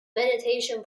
meditation